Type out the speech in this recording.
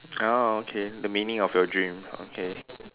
ya okay the meaning of your dream okay